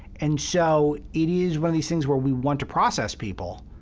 and so it is one of these things where we want to process people.